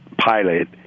pilot